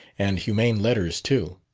and humane letters too.